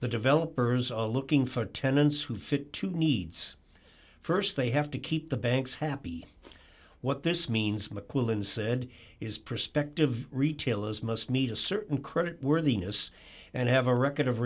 the developers are looking for tenants who fit two needs st they have to keep the banks happy what this means mcquillan said is perspective retailers must meet a certain credit worthiness and have a record of